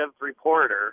reporter